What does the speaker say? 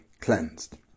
cleansed